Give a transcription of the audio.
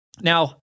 Now